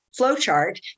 flowchart